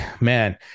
man